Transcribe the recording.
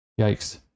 Yikes